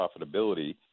profitability